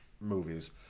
movies